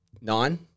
nine